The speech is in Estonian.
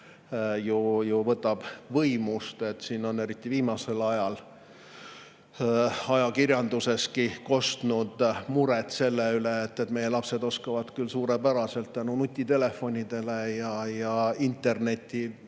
ju võtab võimust. Siin on eriti viimasel ajal ajakirjanduseski kostunud muret selle üle, et meie lapsed oskavad küll suurepäraselt tänu nutitelefonidele ja internetile